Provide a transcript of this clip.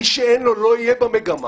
מי שאין לו, לא יהיה במגמה.